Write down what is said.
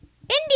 India